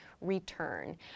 return